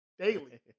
Daily